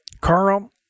Carl